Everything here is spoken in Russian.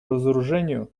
разоружению